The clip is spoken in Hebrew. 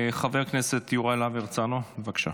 חבר הכנסת יוראי להב הרצנו, בבקשה.